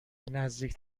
نزدیک